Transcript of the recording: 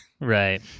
Right